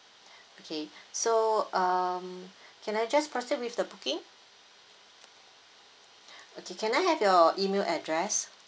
okay so um can I just proceed with the booking okay can I have your email address